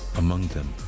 among them,